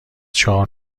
چهار